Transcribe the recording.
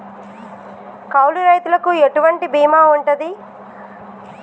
కౌలు రైతులకు ఎటువంటి బీమా ఉంటది?